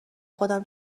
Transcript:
خودم